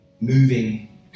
moving